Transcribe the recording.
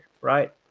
right